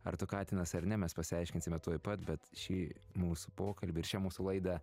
ar tu katinas ar ne mes pasiaiškinsime tuoj pat bet šį mūsų pokalbį ir šią mūsų laidą